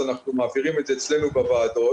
אנחנו מעבירים את זה אצלנו בוועדות.